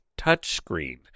touchscreen